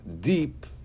deep